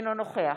אינו נוכח